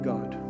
God